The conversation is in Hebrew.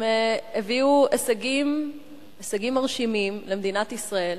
הביאו הישגים מרשימים למדינת ישראל.